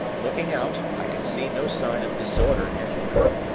looking out, i could see no sign of disorder anywhere.